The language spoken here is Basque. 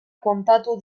kontatu